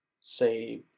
say